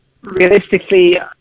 realistically